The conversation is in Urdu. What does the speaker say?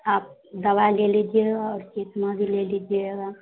آپ دوائی لے لیجیے گا اور چشمہ بھی لے لیجیے گا